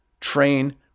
train